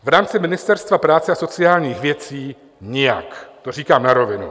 V rámci Ministerstva práce a sociálních věcí nijak, to říkám na rovinu.